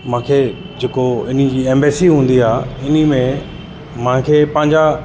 मूंखे जेको इनजी एम्बेसी हूंदी आहे उन में मूंखे पंहिंजा